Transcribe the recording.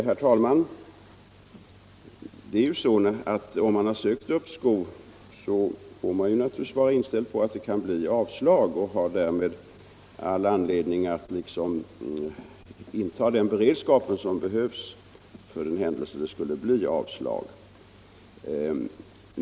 Herr talman! När man har ansökt om uppskov, får man naturligtvis vara inställd på att det kan bli avslag och har därmed all anledning att inta den beredskap som behövs för den händelse det skulle bli avslag.